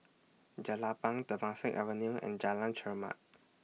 Jelapang Temasek Avenue and Jalan Chermat